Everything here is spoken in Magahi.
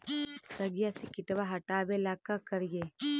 सगिया से किटवा हाटाबेला का कारिये?